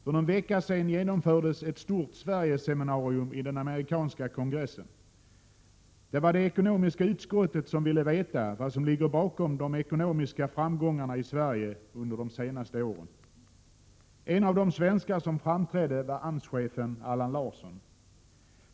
För någon vecka sedan genomfördes ett stort Sverigeseminarium i den amerikanska kongressen. Det var det ekonomiska utskottet som ville veta vad som ligger bakom de ekonomiska framgångarna i Sverige under de senaste åren. En av de svenskar som framträdde var AMS-chefen Allan Larsson.